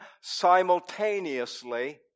simultaneously